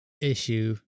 issue